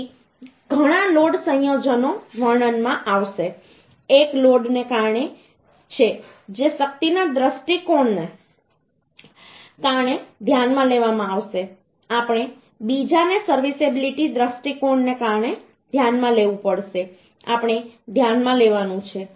તેથી ઘણા લોડ સંયોજનો વર્ણનમાં આવશે એક લોડને કારણે છે જે શક્તિના દૃષ્ટિકોણને કારણે ધ્યાનમાં લેવામાં આવશે આપણે બીજાને સર્વિસએબિલિટી દૃષ્ટિકોણને કારણે ધ્યાનમાં લેવું પડશે આપણે ધ્યાનમાં લેવાનું છે